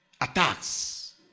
attacks